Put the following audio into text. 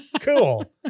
Cool